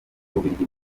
bubiligi